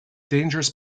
dangerous